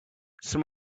some